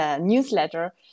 Newsletter